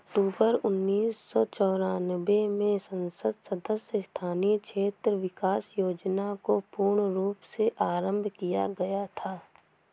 अक्टूबर उन्नीस सौ चौरानवे में संसद सदस्य स्थानीय क्षेत्र विकास योजना को पूर्ण रूप से आरम्भ किया गया था